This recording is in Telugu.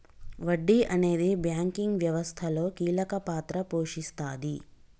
వడ్డీ అనేది బ్యాంకింగ్ వ్యవస్థలో కీలక పాత్ర పోషిస్తాది